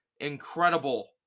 Incredible